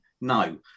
No